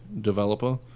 developer